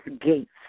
gates